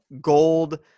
gold